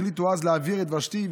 החליטו אז להעביר את ושתי,